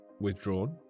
withdrawn